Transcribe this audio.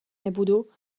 nebudu